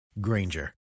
Granger